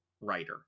writer